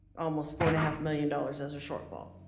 almost four and a half million dollars as a shortfall.